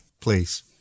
please